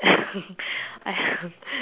I